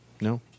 No